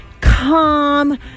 calm